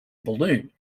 balloon